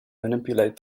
manipulate